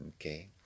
Okay